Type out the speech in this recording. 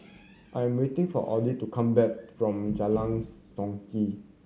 I am waiting for Audie to come back from Jalan Songket